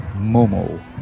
Momo